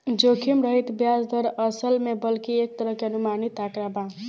जोखिम रहित ब्याज दर, असल में बल्कि एक तरह के अनुमानित आंकड़ा बा